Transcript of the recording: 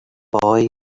boy